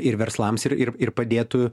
ir verslams ir ir ir padėtų